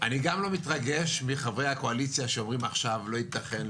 אני גם לא מתרגש מחברי הקואליציה שאומרים עכשיו שלא ייתכן,